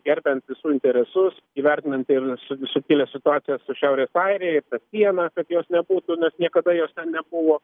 gerbiant visų interesus įvertinant ir su subtilią situaciją su šiaurės airija ta siena kad jos nebūtų nes niekada jos ten nebuvo